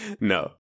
no